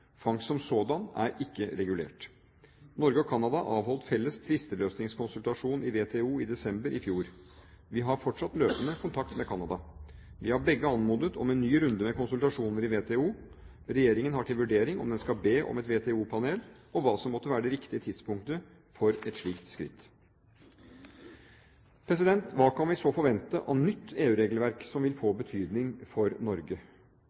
Fangst som sådan er ikke regulert. Norge og Canada avholdt felles tvisteløsningskonsultasjon i WTO i desember i fjor. Vi har fortsatt løpende kontakt med Canada. Vi har begge anmodet om en ny runde med konsultasjoner i WTO. Regjeringen har til vurdering om den skal be om et WTO-panel, og hva som måtte være det riktige tidspunktet for et slikt skritt. Hva kan vi så forvente av nytt EU-regelverk som vil få betydning for Norge?